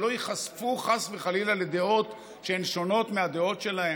שלא ייחשפו חס וחלילה לדעות שהן שונות מהדעות שלהם?